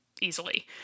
easily